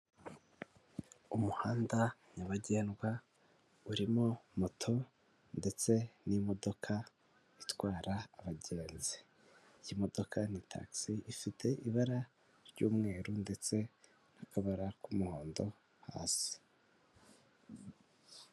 Umuhanda nyabagendwa urimo moto ndetse n'imodoka itwara abagenzi, iyi modoka ni tagisi ifite ibara ry'umweru ndetse n'akabara k'umuhondo hasi.